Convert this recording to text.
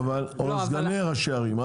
או סגני ראשי ערים.